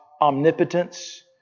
Omnipotence